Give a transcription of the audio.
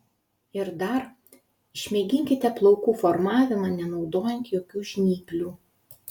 ir dar išmėginkite plaukų formavimą nenaudojant jokių žnyplių